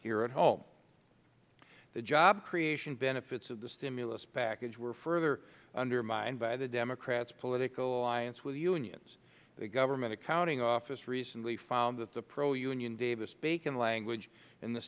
here at home the job creation benefits of the stimulus package were further undermined by the democrats political alliance with unions the government accountability office recently found that the pro union davis bacon language in the